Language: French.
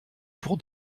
pour